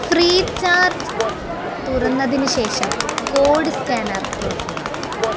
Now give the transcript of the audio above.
Freecharge തുറന്നതിന് ശേഷം code scanner തുറക്കുക